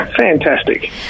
Fantastic